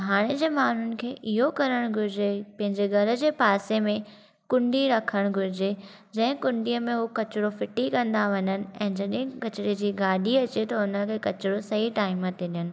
त हाणे जे माण्हूनि खे इहो करणु घुरिजे पहिंजे घर जे पासे में कुंडी रखणु घुरिजे जंहिं कुंडीअ में उहो कचिरो फिटी कंदा वञनि ऐं जडं॒हिं कचिरे जी गाडी॒ अचे त उनखे कचिरो सही टाइम ते डि॒यनि